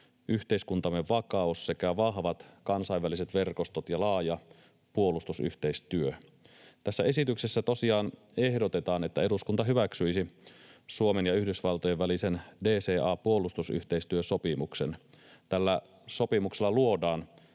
yhteiskuntamme vakaus sekä vahvat kansainväliset verkostot ja laaja puolustusyhteistyö. Tässä esityksessä tosiaan ehdotetaan, että eduskunta hyväksyisi Suomen ja Yhdysvaltojen välisen DCA-puolustusyhteistyösopimuksen. Tällä sopimuksella luodaan